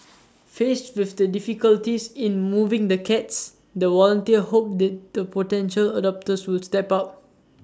faced with the difficulties in moving the cats the volunteers hope that the potential adopters will step up